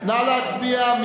נא להצביע.